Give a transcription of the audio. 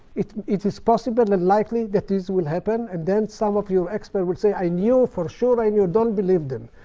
it it is possible and likely that this will happen. and then some of your experts will say, i knew, for sure i knew. don't believe them.